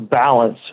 balance